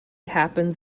happens